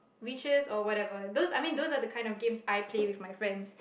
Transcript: witches or whatever those I mean those are the games I play with my friends